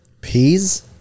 Peas